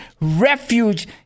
refuge